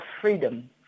freedom